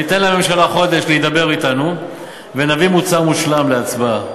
ניתן לממשלה חודש להידבר אתנו ונביא מוצר מושלם להצבעה.